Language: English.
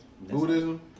Buddhism